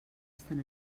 estan